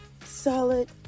solid